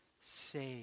saved